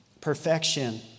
perfection